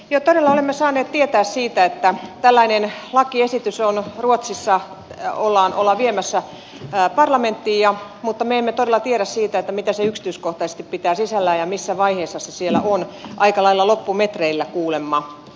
todella olemme saaneet tietää siitä että tällainen lakiesitys ollaan ruotsissa viemässä parlamenttiin mutta me emme tiedä siitä mitä se yksityiskohtaisesti pitää sisällään ja missä vaiheessa se siellä on aika lailla loppumetreillä kuulemma